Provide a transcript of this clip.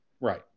Right